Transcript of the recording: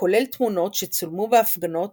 הכולל תמונות שצולמו בהפגנות